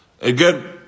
Again